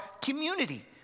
community